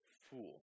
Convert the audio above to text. fool